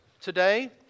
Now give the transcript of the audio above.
today